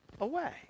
away